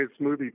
smoothie